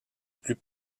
plus